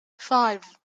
five